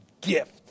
gift